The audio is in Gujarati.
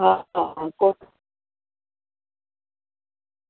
હા કોઈ